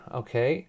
okay